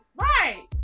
Right